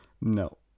No